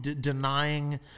denying